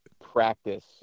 practice